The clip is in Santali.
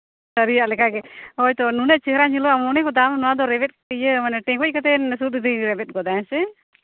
ᱥᱟᱹᱨᱤᱭᱟᱜ ᱞᱮᱠᱟᱜᱮ ᱦᱳᱭ ᱛᱚ ᱱᱩᱱᱟᱹᱜ ᱪᱮᱦᱨᱟ ᱧᱮᱞᱚᱜᱼᱟ ᱢᱚᱱᱮᱜᱚᱫᱟᱢ ᱨᱮᱵᱮᱫᱽ ᱤᱭᱟᱹ ᱢᱟᱱᱮ ᱴᱮᱸᱜᱚᱡᱽ ᱠᱟᱛᱮᱫ ᱤᱭᱟᱹ ᱥᱩᱫ ᱨᱤᱧ ᱨᱮᱵᱮᱫ ᱜᱚᱫᱟ ᱦᱮᱸᱥᱮ